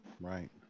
Right